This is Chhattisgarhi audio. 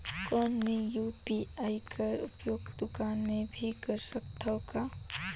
कौन मै यू.पी.आई कर उपयोग दुकान मे भी कर सकथव का?